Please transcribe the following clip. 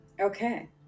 Okay